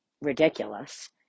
ridiculous